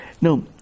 Now